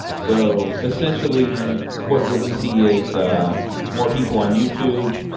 so, essentially, what you what you see is ah more people on youtube,